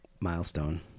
milestone